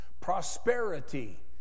Prosperity